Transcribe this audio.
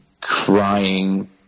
crying